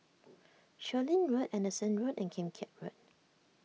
Chu Lin Road Anderson Road and Kim Keat Road